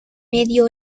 medio